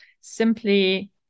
simply